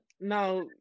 now